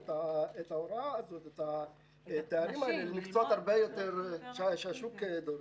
את התארים האלה למקצועות שהשוק דורש.